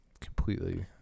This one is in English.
completely